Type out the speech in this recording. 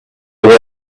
away